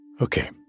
Okay